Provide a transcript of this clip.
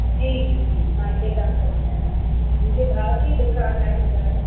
जी जी जी मां हिते कम कंदी आहियां मुहिंजे भाउ जी दुकान आहे ॿुधायो